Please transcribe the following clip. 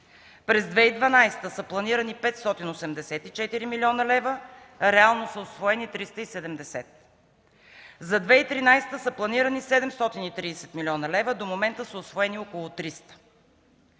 през 2012 г. са планирани 584 млн. лв., а реално са усвоени 370; за 2013 г. са планирани 730 млн. лв., до момента са усвоени около 300 милиона.